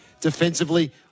defensively